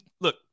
look